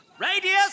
Radius